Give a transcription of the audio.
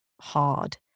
hard